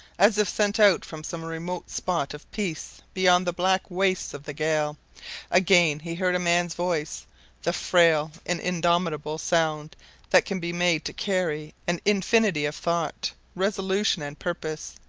as if sent out from some remote spot of peace beyond the black wastes of the gale again he heard a mans voice the frail and indomitable sound that can be made to carry an infinity of thought, resolution and purpose,